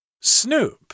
Snoop